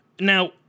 Now